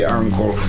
uncle